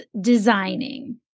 designing